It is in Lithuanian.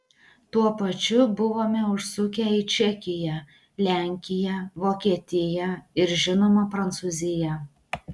tuo pačiu buvome užsukę į čekiją lenkiją vokietiją ir žinoma prancūziją